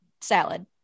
salad